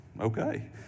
okay